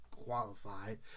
qualified